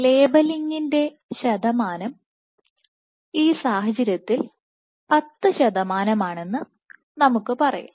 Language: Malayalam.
ലേബലിംഗിന്റെ ശതമാനം ഈ സാഹചര്യത്തിൽ 10 ശതമാനമാണെന്ന് നമുക്ക് പറയാം